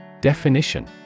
Definition